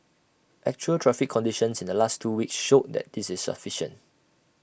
actual traffic conditions in the last two weeks showed that this is sufficient